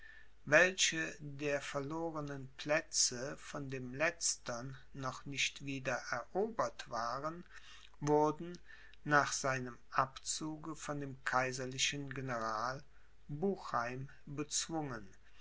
welche der verlorenen plätze von dem letztern noch nicht wieder erobert waren wurden nach seinem abzuge von dem kaiserlichen general bucheim bezwungen